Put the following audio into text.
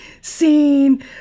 scene